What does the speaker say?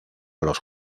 los